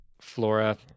flora